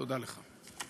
תודה לך.